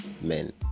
men